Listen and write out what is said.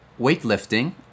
weightlifting